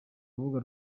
rubuga